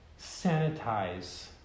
sanitize